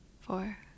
four